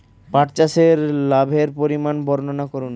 পাঠ চাষের লাভের পরিমান বর্ননা করুন?